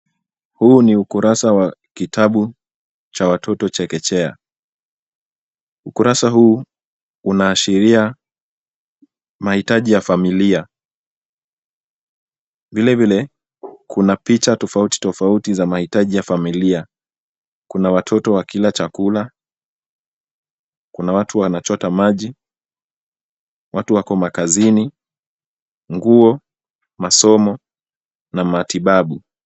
Huu ni ukurasa wa kitabu cha watoto chekechea. Ukurasa huu unaashiria mahitaji ya familia, vile vile kuna picha tofauti tofauti za mahitaji ya familia. Kuna watoto wakila chakula, kuna watu wanachota maji, watu wako makazini, nguo, masomo na matibabu.